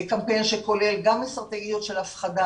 קמפיין שכולל גם הפחדה.